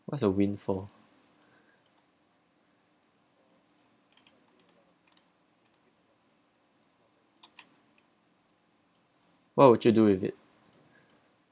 what's your windfall what would you do with it